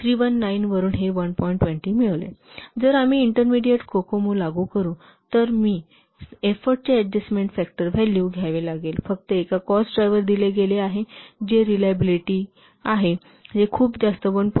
आणि जर आम्ही इंटरमीडिअट कोकोमो लागू करू तर मी एफोर्टचे अडजस्टमेन्ट फॅक्टर व्हॅल्यू घ्यावे लागेलफक्त एक कॉस्ट ड्रायव्हर दिले गेले आहे जे रिलॅबिलिटी आहे जे खूप जास्त 1